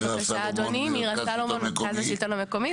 כן בבקשה מירה סלומון מרכז שלטון מקומי.